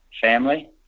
family